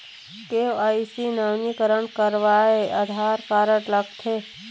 KYC नवीनीकरण करवाये Aadhaar card लगथे?